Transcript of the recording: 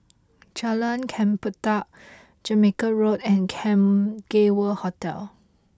Jalan Chempedak Jamaica Road and Cam Gay World Hotel